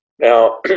Now